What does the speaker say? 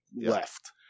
left